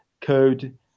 code